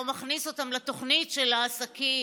או מכניס אותם לתוכנית של העסקים.